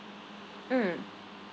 mm